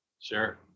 Sure